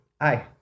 Hi